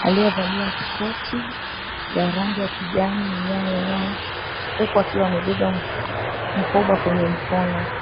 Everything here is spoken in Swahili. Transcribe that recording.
aliyevalia koti ya rangi ya kijani iliyong'a huku akiwa amebeba mkoba kwenye mkono.